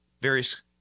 various